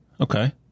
Okay